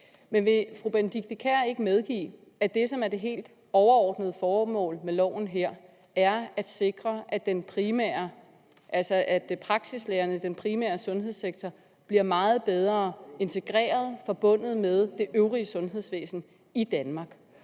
Men vil fru Benedikte Kiær ikke medgive, at det, som er det helt overordnede formål med lovforslaget her, er at sikre, at den primære sundhedssektor, altså praksislægerne, bliver meget bedre integreret i og forbundet med det øvrige sundhedsvæsen i Danmark,